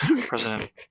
President